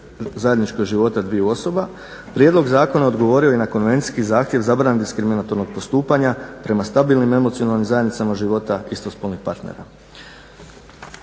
zajedničkog života dviju osoba, prijedlog zakona odgovorio je i na konvencijskih zahtjev zabrane diskriminatornog postupanja prema stabilnim i emocionalnim zajednicama života istospolnih partnera.